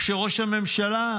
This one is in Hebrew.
או שראש הממשלה,